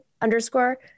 underscore